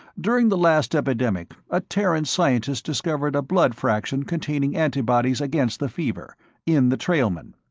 during the last epidemic, a terran scientist discovered a blood fraction containing antibodies against the fever in the trailmen.